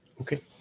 Okay